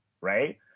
right